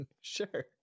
Sure